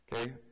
Okay